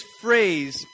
phrase